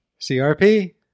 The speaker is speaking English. CRP